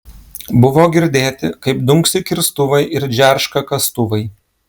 buvo girdėti kaip dunksi kirstuvai ir džerška kastuvai